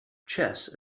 chess